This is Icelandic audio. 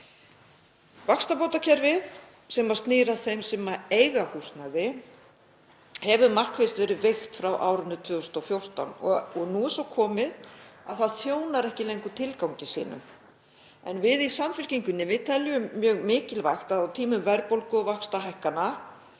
Vaxtabótakerfið sem snýr að þeim sem eiga húsnæði hefur markvisst verið veikt frá árinu 2014 og nú er svo komið að það þjónar ekki lengur tilgangi sínum. Við í Samfylkingunni teljum mjög mikilvægt á tímum verðbólgu og vaxtahækkana